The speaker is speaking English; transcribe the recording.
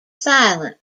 silent